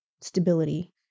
stability